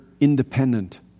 independent